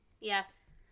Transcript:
Yes